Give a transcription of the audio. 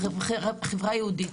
והחברה היהודית.